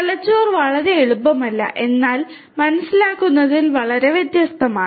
തലച്ചോർ വളരെ എളുപ്പമല്ല എന്നത് മനസ്സിലാക്കുന്നതിൽ വളരെ വ്യത്യസ്തമാണ്